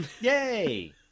Yay